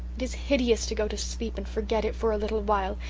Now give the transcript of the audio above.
it is hideous to go to sleep and forget it for a little while,